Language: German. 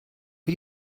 wir